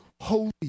holy